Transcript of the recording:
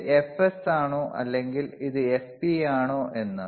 ഇത് Fs ആണോ അല്ലെങ്കിൽ ഇത് Fp ആണോ എന്ന്